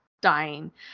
dying